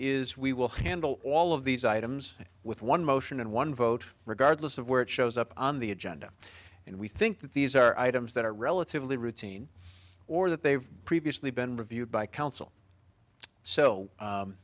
is we will handle all of these items with one motion and one vote regardless of where it shows up on the agenda and we think that these are items that are relatively routine or that they have previously been reviewed by council so